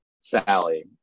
Sally